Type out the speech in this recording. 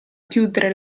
chiudere